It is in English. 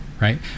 right